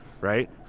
right